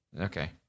okay